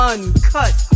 Uncut